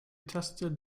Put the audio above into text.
tested